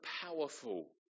powerful